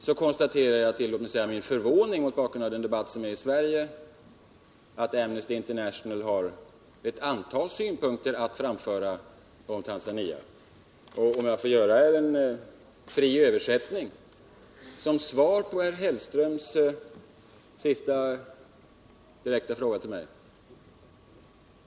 Jag konstaterar — till min förvåning, mot bakgrund av debatten i Sverige — alt Amnesty International har ett antal synpunkter att framföra avseende Tanzania, som jag skall framföra i fri översättning som svar på herr Hellströms direkta fråga till mig.